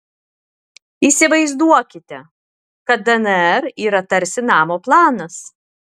įsivaizduokite kad dnr yra tarsi namo planas